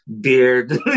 beard